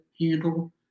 handle